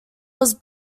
was